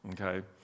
Okay